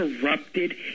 corrupted